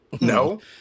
No